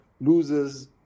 loses